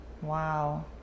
Wow